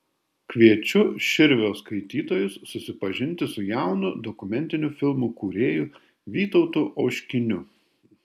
kviečiu širvio skaitytojus susipažinti su jaunu dokumentinių filmų kūrėju vytautu oškiniu